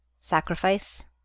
sacrifice